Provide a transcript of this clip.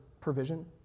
provision